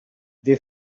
they